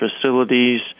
facilities